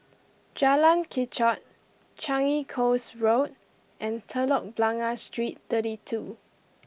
Jalan Kechot Changi Coast Road and Telok Blangah Street thirty two